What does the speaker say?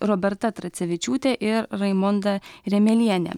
roberta tracevičiūtė ir raimonda remelienė